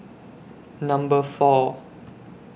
Number four